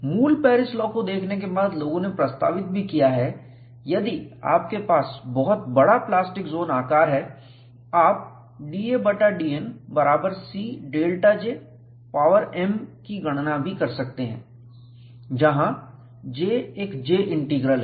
मूल Paris law को देखने के बाद लोगों ने प्रस्तावित भी किया है यदि आपके पास बहुत बड़ा प्लास्टिक जोन आकार है आप da बटा dN बराबर C ΔJ पावर m की गणना भी कर सकते हैं जहां J एक J इंटीग्रल है